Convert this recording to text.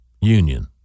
union